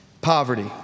Poverty